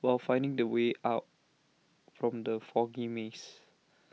while finding the way out from the foggy maze